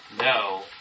no